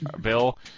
Bill